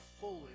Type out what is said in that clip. fully